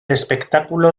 espectáculo